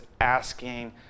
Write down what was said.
asking